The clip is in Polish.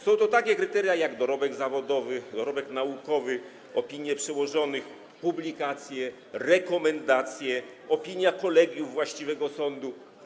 Są to takie kryteria jak dorobek zawodowy, dorobek naukowy, opinie przełożonych, publikacje, rekomendacje, opinia kolegium właściwego sądu.